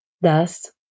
Thus